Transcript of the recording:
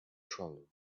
travel